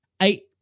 Eight